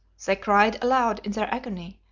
they cried aloud in their agony,